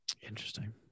interesting